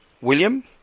William